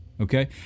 Okay